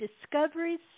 discoveries